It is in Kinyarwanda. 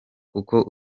kuko